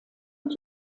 und